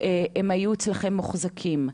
היו מוחזקים אצלכם.